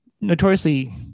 notoriously